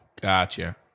Gotcha